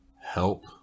help